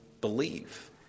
believe